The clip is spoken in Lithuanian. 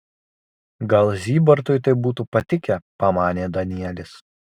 gal zybartui tai būtų patikę pamanė danielis